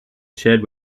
shed